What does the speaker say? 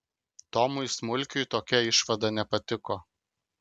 tomui smulkiui tokia išvada nepatiko